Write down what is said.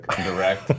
direct